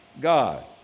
God